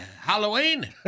Halloween